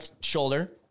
shoulder